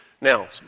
Now